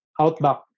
Outback